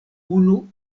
unu